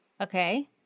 Okay